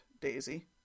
Daisy